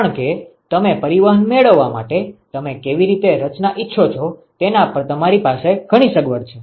કારણ કે તમે પરિવહન મેળવવા માટે તમે કેવી રીતે રચના ઈચ્છો છો તેના પર તમારી પાસે ઘણી સગવડ છે